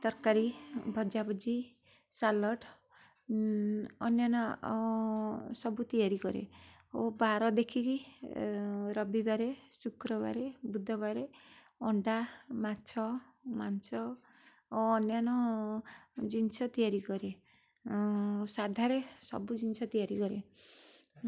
ତରକାରୀ ଭଜାଭୁଜି ସାଲାଡ଼ ଅନ୍ୟାନ୍ୟ ସବୁ ତିଆରି କରେ ଓ ବାର ଦେଖିକି ରବିବାରେ ଶୁକ୍ରବାରେ ବୁଧବାରେ ଅଣ୍ଡା ମାଛ ମାଂଶ ଓ ଅନ୍ୟାନ୍ୟ ଜିନିଷ ତିଆରି କରେ ଆଉ ସାଧାରେ ସବୁ ଜିନିଷ ତିଆରି କରେ